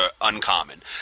uncommon